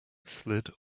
slid